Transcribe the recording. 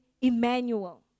Emmanuel